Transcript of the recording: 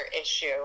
issue